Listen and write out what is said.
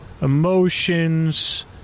emotions